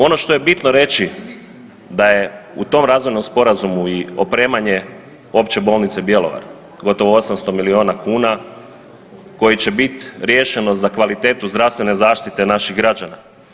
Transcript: Ono što je bitno reći da je u tom Razvojnom sporazumu i opremanje Opće bolnice Bjelovar, gotovo 800 milijuna kuna koji će biti riješeno za kvalitetu zdravstvene zaštite naših građana.